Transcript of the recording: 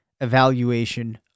evaluation